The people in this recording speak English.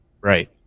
right